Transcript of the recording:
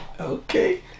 Okay